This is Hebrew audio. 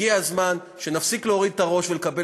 הגיע הזמן שנפסיק להוריד את הראש ולקבל